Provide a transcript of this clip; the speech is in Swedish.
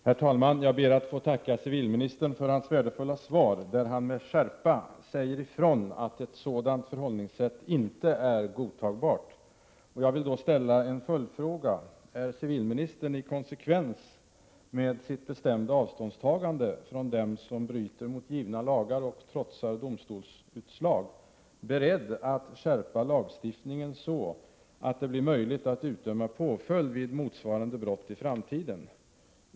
Herr talman! Jag ber att få tacka civilministern för hans värdefulla svar, där han med skärpa säger ifrån ”att ett sådant förhållningssätt inte är godtagbart”. Jag vill ställa en följdfråga: Är civilministern, i konsekvens med sitt bestämda avståndstagande från dem som bryter mot givna lagar och trotsar domstolsutslag, beredd att skärpa lagstiftningen så att det blir möjligt att utdöma påföljd vid motsvarande brott i framtiden?